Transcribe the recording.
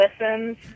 listens